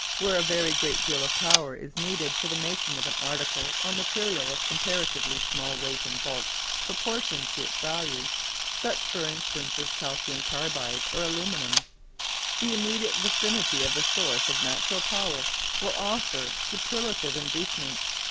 where a very great deal of power is needed for the making of an article or material of comparatively small weight and bulk proportioned to its value such for instance as calcium carbide or aluminium the immediate vicinity of the source of natural power will offer superlative inducements.